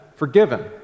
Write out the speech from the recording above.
Forgiven